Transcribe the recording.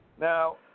now